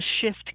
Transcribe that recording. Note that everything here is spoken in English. shift